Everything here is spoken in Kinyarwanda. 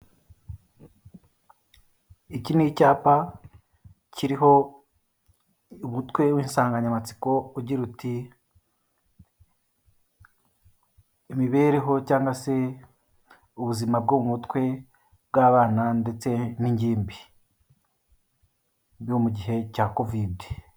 Iki ni icyapa kiriho umutwe w'insanganyamatsiko ugira uti" imibereho cyangwa se ubuzima bwo mu mutwe bw'abana ndetse n'ingimbi bo mu gihe cya covid''.